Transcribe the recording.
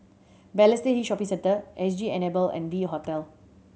Balestier Hill Shopping Centre S G Enable and V Hotel